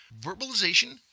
verbalization